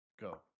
go